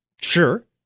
Sure